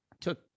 took